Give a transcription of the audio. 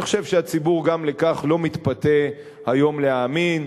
אני חושב שהציבור גם לכך לא מתפתה היום להאמין.